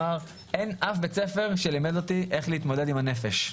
אין אף בית ספר שלימד אותי איך להתמודד עם הנפש,